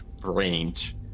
range